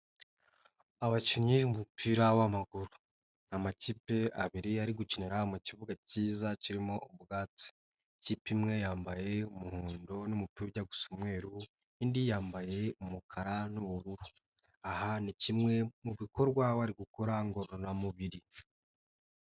Abakinnyi b'umupira w'amaguru amakipe abiri ari gukinira mu kibuga kiza kirimo ubwatsi ikipe imwe yambaye umuhondo n'umupira ujya gusa n'umweru indi yambaye umukara n'ubururu aha ni kimwe mu bikorwa bari gukora ngororamubiri.